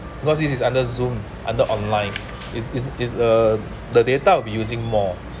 because this is under zoom under online is is is uh the data will be using more